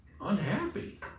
unhappy